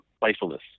playfulness